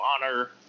Honor